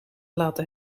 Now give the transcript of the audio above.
laten